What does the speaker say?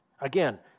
Again